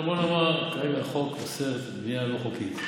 אבל בואי נאמר, כרגע החוק אוסר בנייה לא חוקית.